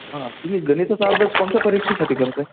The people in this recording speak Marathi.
हां तुम्ही गणिताचा अभ्यास कोणत्या परीक्षेसाठी करत आहे